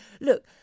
Look